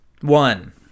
One